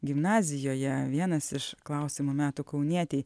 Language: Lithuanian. gimnazijoje vienas iš klausimų metų kaunietei